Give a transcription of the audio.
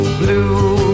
blue